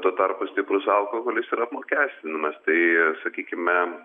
tuo tarpu stiprus alkoholis yra apmokestinamas tai sakykime